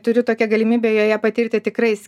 turiu tokią galimybę joje patirti tikrais